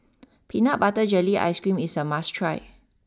Peanut Butter Jelly Ice cream is a must try